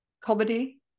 comedy